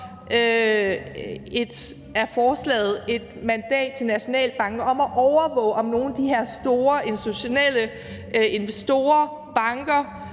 om at give et mandat til Nationalbanken til at overvåge, om nogle af de her store institutionelle investorer, banker